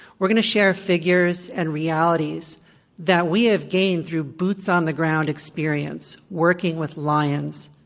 we're going to share figures and realities that we have gained through boots on the ground experience working with lions,